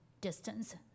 distance